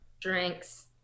Drinks